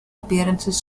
appearances